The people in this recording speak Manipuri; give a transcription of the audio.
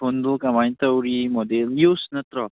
ꯐꯣꯟꯗꯨ ꯀꯃꯥꯏꯅ ꯇꯧꯔꯤ ꯃꯣꯗꯦꯜ ꯌꯨꯁ ꯅꯠꯇ꯭ꯔꯣ